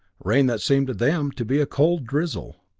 rain that seemed to them to be a cold drizzle.